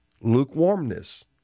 Lukewarmness